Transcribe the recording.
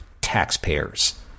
taxpayers